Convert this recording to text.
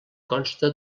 consta